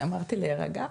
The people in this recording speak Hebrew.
אני אמרתי להירגע?